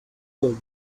old